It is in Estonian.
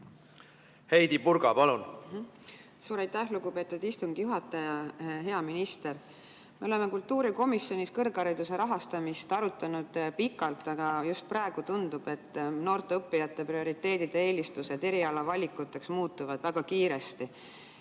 Heidy Purga, palun!